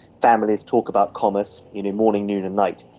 families talk about commerce you know morning, noon and night.